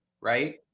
right